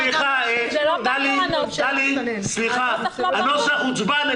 סליחה, טלי, הנוסח הוצבע.